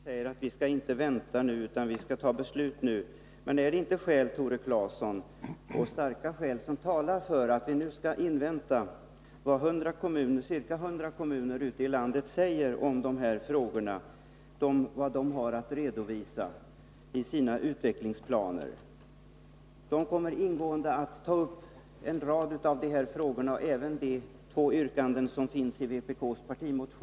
Herr talman! Tore Claeson säger att vi inte skall vänta utan fatta beslut nu. Men nog finns det, Tore Claeson, starka skäl som talar för att vi skall invänta vad ca 100 kommuner ute i landet har att säga i dessa frågor och vad de har att redovisa i sina utvecklingsplaner. Rekreationsberedningen kommer att ingående behandla en rad av dessa frågor — och därmed frågor som finns i vpk:s yrkande.